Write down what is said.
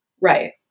Right